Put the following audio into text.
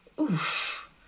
Oof